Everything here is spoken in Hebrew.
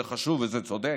זה חשוב וזה צודק,